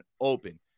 open